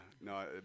no